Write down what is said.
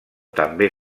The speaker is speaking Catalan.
també